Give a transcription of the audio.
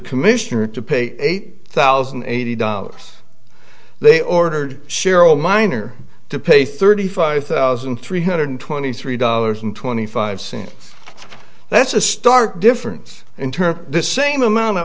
commissioner to pay eight thousand and eighty dollars they ordered cheryl minor to pay thirty five thousand three hundred twenty three dollars and twenty five cents that's a stark difference in terms of the same amount of